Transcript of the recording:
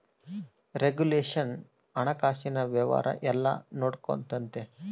regulation ಹಣಕಾಸಿನ ವ್ಯವಹಾರ ಎಲ್ಲ ನೊಡ್ಕೆಂತತೆ